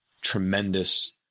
tremendous